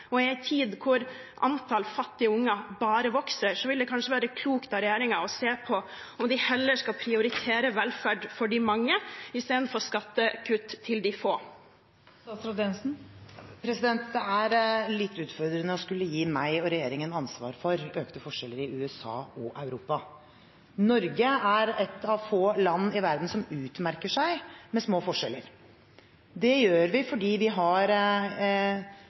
I en tid da antallet fattige unger bare vokser, vil det kanskje være klokt av regjeringen å se på om de heller skal prioritere velferd for de mange i stedet for skattekutt til de få. Det er litt utfordrende når jeg og regjeringen får ansvaret for økte forskjeller i USA og Europa. Norge er ett av få land i verden som utmerker seg med små forskjeller. Det gjør vi fordi vi har